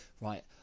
right